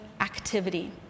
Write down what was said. activity